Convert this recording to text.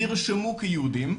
נרשמו כיהודים,